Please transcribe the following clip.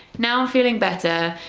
now i'm feeling better,